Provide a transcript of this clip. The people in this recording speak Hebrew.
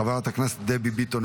חברת הכנסת דבי ביטון,